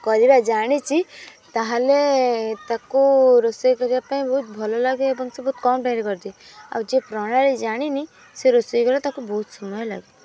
କରିବା ଜାଣିଛି ତାହେଲେ ତାକୁ ରୋଷେଇ କରିବା ପାଇଁ ବହୁତ ଭଲ ଲାଗେ ଏବଂ ସେ ବହୁତ କମ୍ ଟାଇମ୍ରେ କରିଦିଏ ଆଉ ଯେ ପ୍ରଣାଳୀ ଜାଣିନି ସେ ରୋଷେଇ କରିବାକୁ ତାକୁ ବହୁତ ସମୟ ଲାଗ